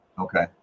Okay